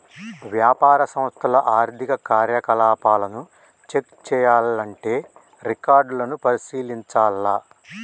వ్యాపార సంస్థల ఆర్థిక కార్యకలాపాలను చెక్ చేయాల్లంటే రికార్డులను పరిశీలించాల్ల